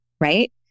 right